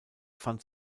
fand